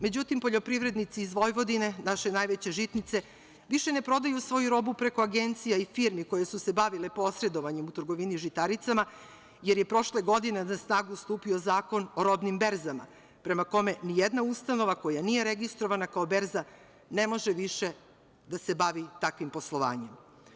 Međutim, poljoprivrednici iz Vojvodine, naše najveće žitnice, više ne prodaju svoju robu preko agencija i firmi koje su se bavile posredovanjem u trgovini žitaricama, jer je prošle godine na snagu stupio Zakon o robnim berzama, prema kome nijedna ustanova koja nije registrovana kao berza ne može više da se bavi takvim poslovanjem.